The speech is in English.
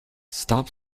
stop